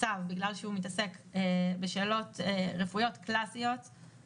הצו בגלל שהוא מתעסק בשאלות רפואיות קלאסיות,